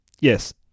Yes